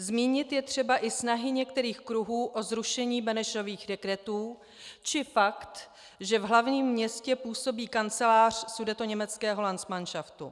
Zmínit je třeba i snahy některých kruhů o zrušení Benešových dekretů či fakt, že v hlavním městě působí kancelář sudetoněmeckého landsmanšaftu.